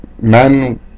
men